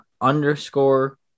underscore